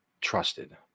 trusted